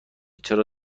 چرا